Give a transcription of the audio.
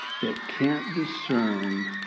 that can't discern.